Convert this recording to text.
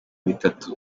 bitatu